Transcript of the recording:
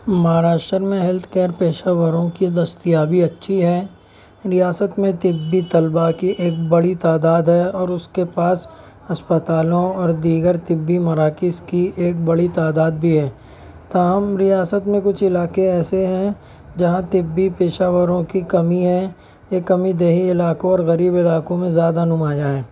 مہاراشٹر میں health care پیشہ وروں کی دستیابی اچھی ہے ریاست میں طبی طلبا کی ایک بڑی تعداد ہے اور اس کے پاس اسپتالوں اور دیگر طبی مراکز کی ایک بڑی تعداد بھی ہے تاہم ریاست میں کچھ علاقے ایسے ہیں جہاں طبی پیشہ وروں کی کمی ہے یہ کمی دیہی علاقوں اور غریب علاقوں میں زیادہ نمایاں ہے